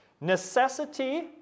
Necessity